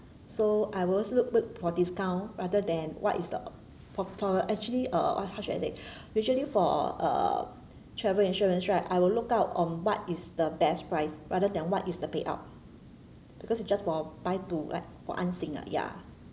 so I will also look look for discount rather than what is the for for actually uh how should I say usually for uh travel insurance right I will look out on what is the best price rather than what is the payout because you just for buy to like for 安心 ah ya